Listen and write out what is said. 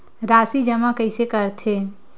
राशि जमा कइसे करथे?